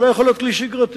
זה לא יכול להיות כלי שגרתי.